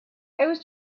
was